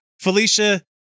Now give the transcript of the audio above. Felicia